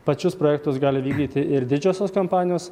pačius projektus gali vykdyti ir didžiosios kompanijos